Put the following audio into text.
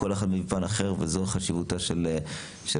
כל אחד מפן אחר וזו חשיבותה של הוועדה.